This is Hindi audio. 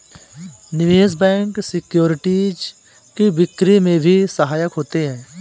निवेश बैंक सिक्योरिटीज़ की बिक्री में भी सहायक होते हैं